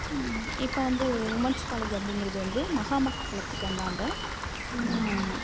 இப்போ வந்து women's college அப்படிங்கிறது வந்து மகாமகா குளத்துக்கு அந்தாண்டை